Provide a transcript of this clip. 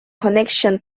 connection